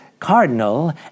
Cardinal